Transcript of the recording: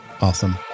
awesome